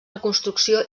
reconstrucció